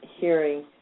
hearing